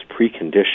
precondition